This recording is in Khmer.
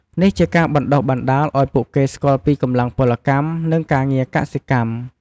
នេះជាការបណ្ដុះបណ្ដាលឱ្យពួកគេស្គាល់ពីកម្លាំងពលកម្ម និងការងារកសិកម្ម។